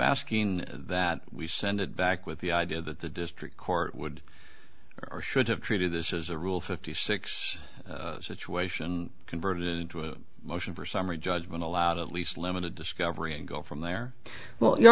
asking that we send it back with the idea that the district court would or should have treated this as a rule fifty six situation converted into a motion for summary judgment allowed at least limited discovery and go from there well you